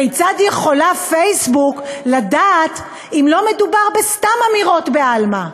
כיצד יכולה פייסבוק לדעת אם לא מדובר בסתם אמירות בעלמא?